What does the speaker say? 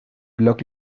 blog